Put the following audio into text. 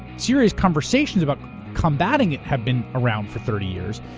serious conversations about combating it have been around for thirty years,